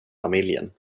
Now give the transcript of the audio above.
familjen